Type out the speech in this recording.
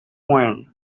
when